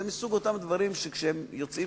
זה מסוג אותם דברים שכאשר הם יוצאים,